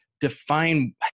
define